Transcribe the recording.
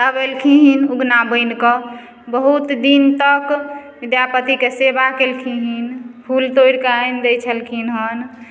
तब एलखिन उगना बनि कऽ बहुत दिन तक विद्यापतिके सेवा कयलखिन फूल तोड़िके आनि दे छलखिन हन